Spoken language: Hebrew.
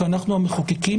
כי אנחנו המחוקקים,